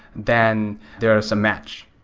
then there is a match.